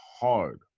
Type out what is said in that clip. hard